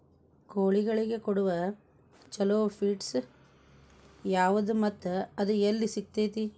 ಕೋಳಿಗಳಿಗೆ ಕೊಡುವ ಛಲೋ ಪಿಡ್ಸ್ ಯಾವದ ಮತ್ತ ಅದ ಎಲ್ಲಿ ಸಿಗತೇತಿ?